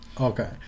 okay